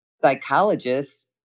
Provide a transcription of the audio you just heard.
psychologists